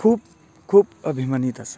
खूब खूब अभिमानीत आसा